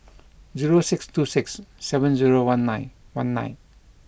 zero six two six seven zero one nine one nine